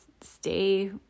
stay